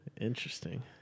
Interesting